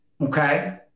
okay